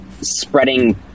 spreading